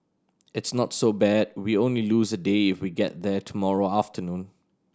it's not so bad we only lose a day if we get there tomorrow afternoon